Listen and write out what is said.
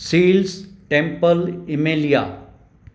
seals temple Emilia